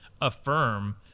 affirm